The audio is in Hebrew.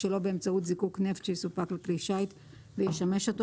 שלא באמצעות זיקוק נפט שיסופק לכלי שיט וישמש אותו,